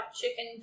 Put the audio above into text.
chicken